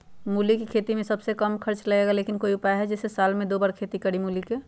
मूली के खेती में सबसे कम खर्च लगेला लेकिन कोई उपाय है कि जेसे साल में दो बार खेती करी मूली के?